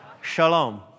Shalom